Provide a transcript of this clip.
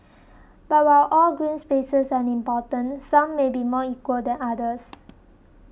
but while all green spaces are important some may be more equal than others